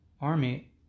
army